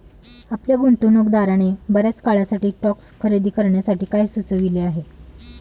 आपल्या गुंतवणूकदाराने बर्याच काळासाठी स्टॉक्स खरेदी करण्यासाठी काय सुचविले आहे?